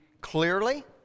clearly